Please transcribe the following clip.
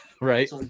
Right